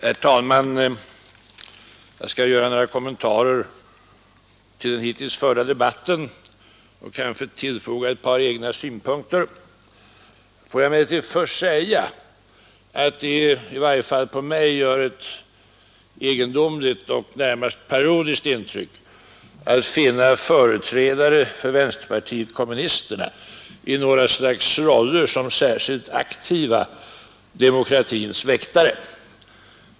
Herr talman! Jag skall göra några kommentarer till den hittills förda debatten och kanske tillfoga ett par egna synpunkter. Låt mig emellertid först säga att det i varje fall på mig gör ett egendomligt och närmast parodiskt intryck att finna företrädare för vänsterpartiet kommunisterna i något slags roller som särskilt aktiva demokratins väktare.